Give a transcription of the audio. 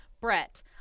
Brett